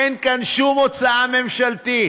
אין כאן שום הוצאה ממשלתית,